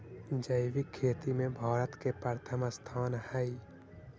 जैविक खेती में भारत के प्रथम स्थान हई